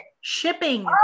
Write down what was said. Shipping